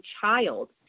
child